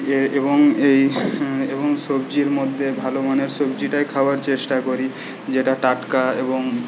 এবং এই এবং সবজির মধ্যে ভালো মানের সবজিটাই খাওয়ার চেষ্টা করি যেটা টাটকা এবং